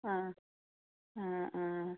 ആ ആ ആ